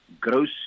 gross